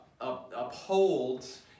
upholds